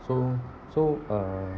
so so uh